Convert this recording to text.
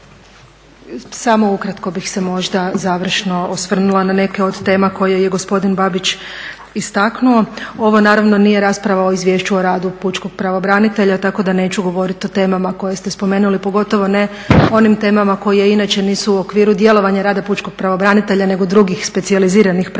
Samo ukratko bih se možda završno osvrnula na neke od tema koje je gospodin Babić istaknuo. Ovo naravno nije rasprava o Izvješću o radu pučkog pravobranitelja, tako da neću govoriti o temama koje ste spomenuli, pogotovo ne o onim temama koje inače nisu u okviru djelovanja rada pučkog pravobranitelja, nego drugih specijaliziranih pravobranitelja.